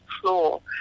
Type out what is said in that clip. floor